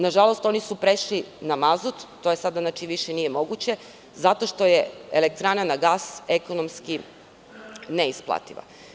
Nažalost, oni su prešli na mazut i to sada više nije moguće zato što je elektrana na gas ekonomski neisplativa.